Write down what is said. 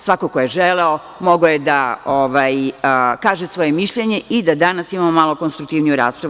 Svako ko je želeo mogao je da kaže svoje mišljenje i da danas imamo malo konstruktivniju raspravu.